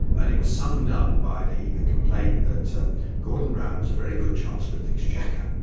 and it was summed up by the the complaint that gordon brown was a very good chancellor of the exchequer.